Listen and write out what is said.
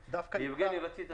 תחילה.